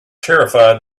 terrified